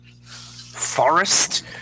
forest